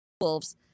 wolves